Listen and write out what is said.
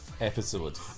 episode